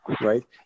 right